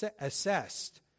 assessed